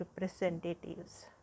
representatives